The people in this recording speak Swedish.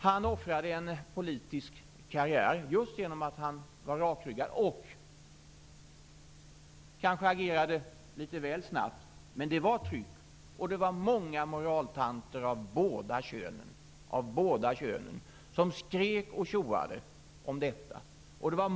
Han offrade en politisk karriär just genom att han var rakryggad och kanske agerade litet väl snabbt. Men trycket var hårt, och det var många moraltanter av båda könen som skrek och tjoade om detta.